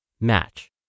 match